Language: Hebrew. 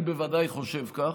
אני בוודאי חושב כך,